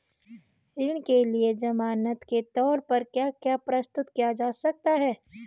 ऋण के लिए ज़मानात के तोर पर क्या क्या प्रस्तुत किया जा सकता है?